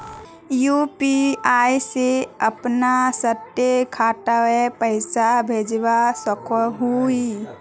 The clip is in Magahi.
यु.पी.आई से अपना स्वयं खातात पैसा भेजवा सकोहो ही?